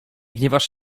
gniewasz